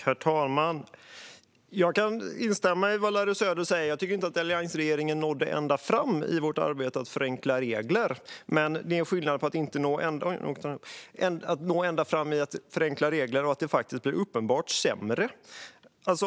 Herr talman! Jag kan instämma i det som Larry Söder säger. Jag tycker inte att alliansregeringen nådde ända fram i arbetet med att förenkla regler. Men det är skillnad på att inte nå ända fram med att förenkla regler och att det blir uppenbart sämre.